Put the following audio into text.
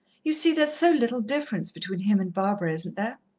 you see, there's so little difference between him and barbara, isn't there?